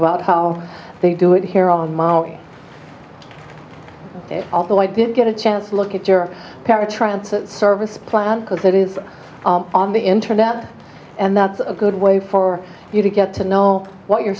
about how they do it here on my although i did get a chance look at your paratransit service plan because it is on the internet and that's a good way for you to get to know what your